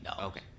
Okay